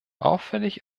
auffällig